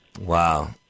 wow